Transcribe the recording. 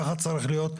כך צריך להיות.